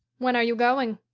when are you going?